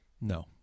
No